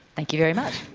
thank you very much.